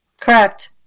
Correct